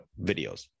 videos